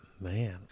man